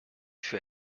für